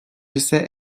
ise